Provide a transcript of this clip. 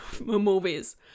movies